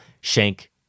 Shank